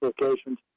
locations